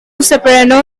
soprano